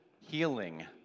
healing